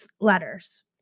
letters